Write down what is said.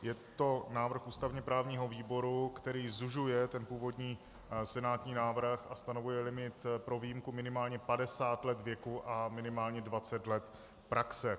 Je to návrh ústavněprávního výboru, který zužuje původní senátní návrh a stanovuje limit pro výjimku minimálně 50 let věku a minimálně 20 let praxe.